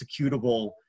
executable